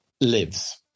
lives